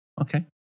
Okay